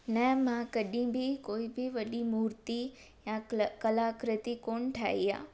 न मां कॾहिं बि कोई बि वॾी मूर्ती या कल कलाकृती कोन ठाही आहे